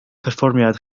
perfformiad